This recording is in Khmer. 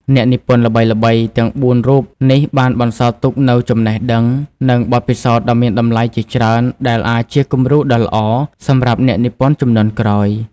អ្នកនិពន្ធល្បីៗទាំងបួនរូបនេះបានបន្សល់ទុកនូវចំណេះដឹង និងបទពិសោធន៍ដ៏មានតម្លៃជាច្រើន ដែលអាចជាគំរូដ៏ល្អសម្រាប់អ្នកនិពន្ធជំនាន់ក្រោយ។